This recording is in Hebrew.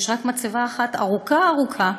יש רק מצבה אחת, ארוכה ארוכה,